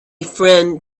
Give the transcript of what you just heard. friend